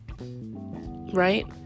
right